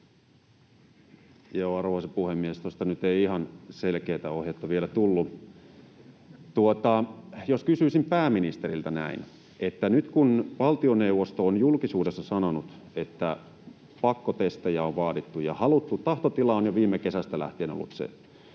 Arvoisa puhemies! Tuosta nyt ei ihan selkeätä ohjetta vielä tullut. Jos kysyisin pääministeriltä näin: Nyt valtioneuvosto on julkisuudessa sanonut, että pakkotestejä on vaadittu ja haluttu, tahtotila on jo viime kesästä lähtien ollut se. Ja